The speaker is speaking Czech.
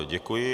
Děkuji.